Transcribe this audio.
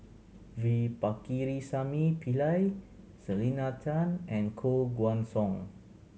V Pakirisamy Pillai Selena Tan and Koh Guan Song